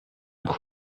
über